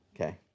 Okay